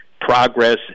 progress